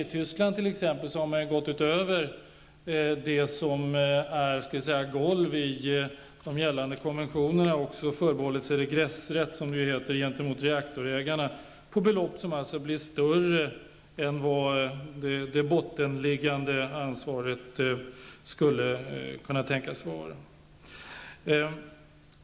I Tyskland t.ex. har man gått utöver det som är golv i de gällande konventionerna och också förbehållit sig regressrätt gentemot reaktorägarna på belopp som blir större än vad det bottenliggande ansvaret skulle kunna tänkas vara.